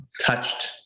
touched